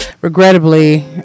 regrettably